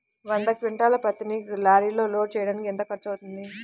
వంద క్వింటాళ్ల పత్తిని లారీలో లోడ్ చేయడానికి ఎంత ఖర్చవుతుంది?